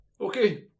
Okay